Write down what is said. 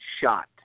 shot